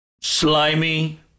slimy